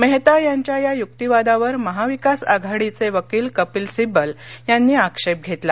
मेहता यांच्या या युक्तीवादावर महाविकास आघाडीचे वकील कपिल सिब्बल यांनी आक्षेप धेतला